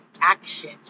action